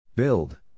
Build